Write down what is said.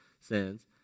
sins